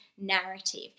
narrative